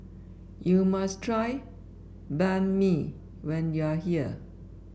you must try Banh Mi when you are here